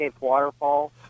waterfall